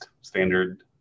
standard